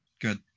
Good